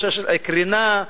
יש קרינה,